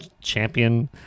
champion